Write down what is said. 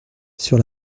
sur